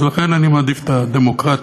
אז לכן אני מעדיף את הדמוקרטיה,